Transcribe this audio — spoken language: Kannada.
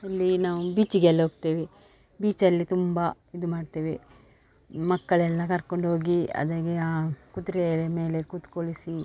ಇಲ್ಲಿ ನಾವು ಬೀಚಿಗೆಲ್ಲ ಹೋಗ್ತೇವೆ ಬೀಚಲ್ಲಿ ತುಂಬ ಇದು ಮಾಡ್ತೇವೆ ಮಕ್ಕಳೆಲ್ಲ ಕರ್ಕೊಂಡೋಗಿ ಅಲ್ಲಿಗೆ ಆ ಕುದುರೆಯ ಮೇಲೆ ಕುತ್ಕೊಳಿಸಿ